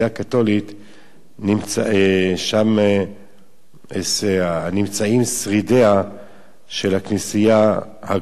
שם נמצאים שרידיה של הכנסייה הקדומה ביותר בעולם.